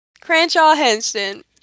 Cranshaw-Henson